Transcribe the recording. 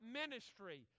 ministry